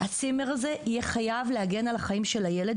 הצימר הזה יהיה חייב להגן על החיים של הילד,